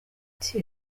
uti